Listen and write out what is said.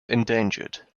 endangered